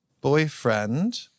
boyfriend